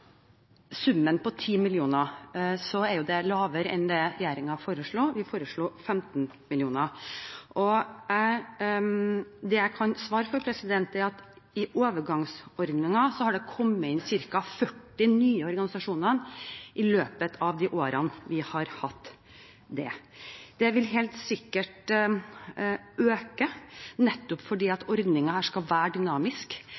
summen på 10 mill. kr, er det lavere enn det regjeringen foreslo. Vi foreslo 15 mill. kr. Det jeg kan svare for, er at det i overgangsordningen har kommet inn ca. 40 nye organisasjoner i løpet av de årene vi har hatt det. Det vil helt sikkert øke, nettopp fordi